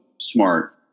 smart